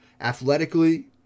athletically